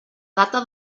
data